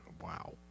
Wow